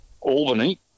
Albany